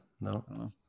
no